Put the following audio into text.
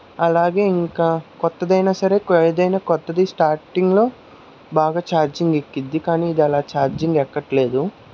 అలాగే ఇంకా కొత్తదైనా సరే ఏదైనా కొత్తది స్టాటింగ్లో బాగా ఛార్జింగ్ ఎక్కిద్ది కానీ ఇది అలా ఛార్జింగ్ ఎక్కట్లేదు